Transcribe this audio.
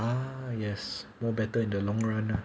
ah yes no better in the long run ah